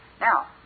Now